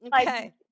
okay